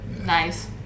Nice